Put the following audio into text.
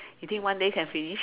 you think one day can finish